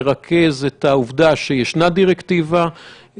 שמרכז את העובדה שישנה דירקטיבה,